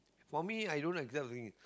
for me i don't agree this type of thing